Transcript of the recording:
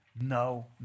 No